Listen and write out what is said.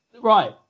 Right